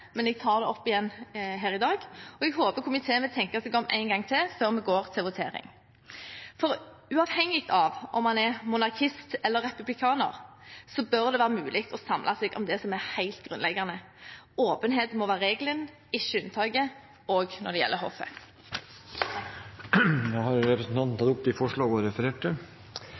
men jeg tar det opp igjen her i dag. Jeg håper komiteen vil tenke seg om en gang til før vi går til votering. Uavhengig av om en er monarkist eller republikaner, bør det være mulig å samle seg om det som er helt grunnleggende: Åpenhet må være regelen, ikke unntaket, også når det gjelder hoffet. Da har representanten Iselin Nybø tatt opp det forslaget hun refererte